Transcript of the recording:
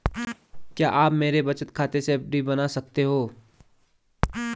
क्या आप मेरे बचत खाते से एफ.डी बना सकते हो?